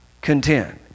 content